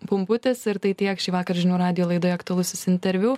pumputis ir tai tiek šįvakar žinių radijo laidoje aktualusis interviu